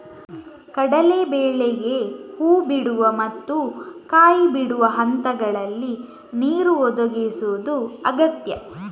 ಕಡಲೇ ಬೇಳೆಗೆ ಹೂ ಬಿಡುವ ಮತ್ತು ಕಾಯಿ ಬಿಡುವ ಹಂತಗಳಲ್ಲಿ ನೀರು ಒದಗಿಸುದು ಅಗತ್ಯ